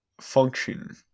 function